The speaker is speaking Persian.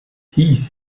هیس